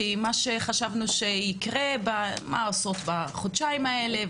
כי מה שחשבנו שיקרה בחודשיים האלה,